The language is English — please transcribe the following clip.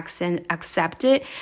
accepted